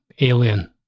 alien